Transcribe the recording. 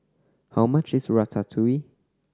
how much is Ratatouille